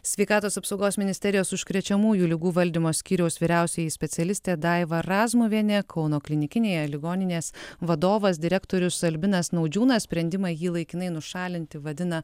sveikatos apsaugos ministerijos užkrečiamųjų ligų valdymo skyriaus vyriausioji specialistė daiva razmuvienė kauno klinikinėje ligoninės vadovas direktorius albinas naudžiūnas sprendimą jį laikinai nušalinti vadina